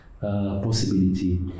possibility